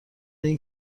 این